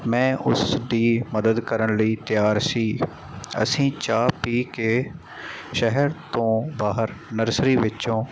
ਮੈਂ ਉਸ ਦੀ ਮਦਦ ਕਰਨ ਲਈ ਤਿਆਰ ਸੀ ਅਸੀਂ ਚਾਹ ਪੀ ਕੇ ਸ਼ਹਿਰ ਤੋਂ ਬਾਹਰ ਨਰਸਰੀ ਵਿੱਚੋਂ